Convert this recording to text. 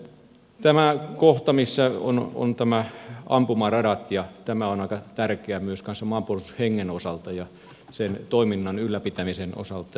tämä kohta missä on ampumaradat on aika tärkeä myös maapuolustushengen osalta ja sen toiminnan ylläpitämisen osalta